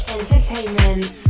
Entertainment